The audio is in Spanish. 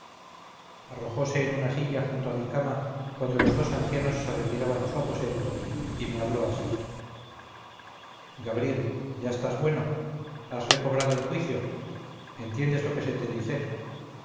peso arrojose en una silla junto a mi cama cuando los dos ancianos se retiraban a su aposento y me habló así gabriel ya estás bueno has recobrado el juicio entiendes lo que se te dice